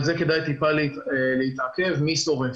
כדאי להתעכב על מי שורף.